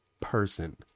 person